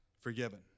forgiven